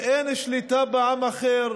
ואין שליטה בעם אחר